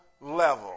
level